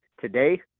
Today